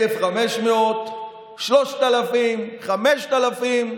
1,500, 3,000, 5,000,